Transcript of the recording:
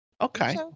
Okay